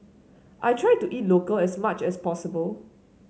I try to eat local as much as possible